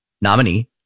nominee